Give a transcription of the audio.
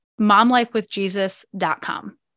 momlifewithjesus.com